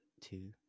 two